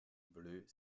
bleue